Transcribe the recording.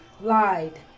lied